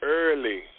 early